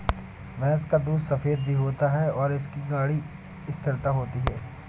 भैंस का दूध सफेद भी होता है और इसकी गाढ़ी स्थिरता होती है